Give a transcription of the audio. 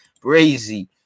Brazy